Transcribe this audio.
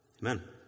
Amen